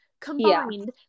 combined